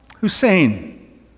Hussein